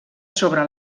sobre